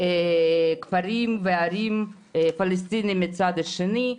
כפרים וערים פלסטינים מצד שני,